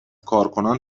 کارکنان